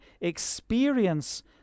experience